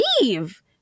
leave